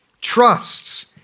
trusts